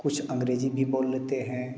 कुछ अंग्रेजी भी बोल लेते हैं